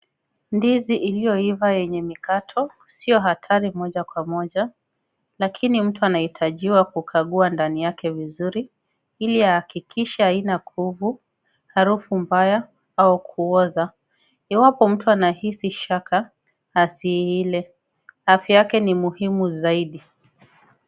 Ndizi iliyoiva yenye mikato sio hatari moja kwa moja lakini mtu anahitajiwa kukagua ndani yake vizuri ili ahakikishe haina povu harufu mbaya au kuoza. Iwapo mtu anahisi shaka asiile, afya yake ni muhimu zaidi.